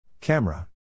Camera